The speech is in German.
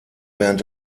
während